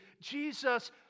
Jesus